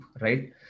right